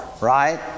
right